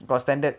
because standard